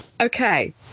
Okay